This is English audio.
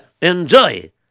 Enjoy